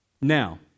Now